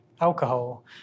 alcohol